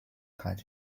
cut